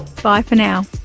bye for now.